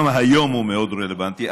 גם היום הוא מאוד רלוונטי.